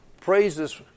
praises